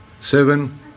Seven